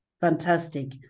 Fantastic